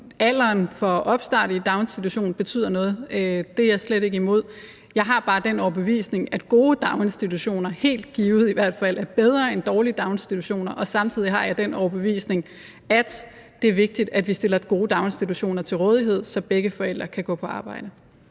alderen for opstart i daginstitution betyder noget. Det er jeg slet ikke imod. Jeg har bare den overbevisning, at gode daginstitutioner helt givet i hvert fald er bedre end dårlige daginstitutioner, og samtidig har jeg den overbevisning, at det er vigtigt, at vi stiller gode daginstitutioner til rådighed, så begge forældre kan gå på arbejde.